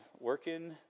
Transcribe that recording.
Working